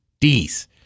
Ds